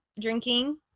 drinking